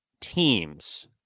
teams